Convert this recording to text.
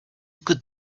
could